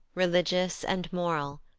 religious and moral.